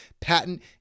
patent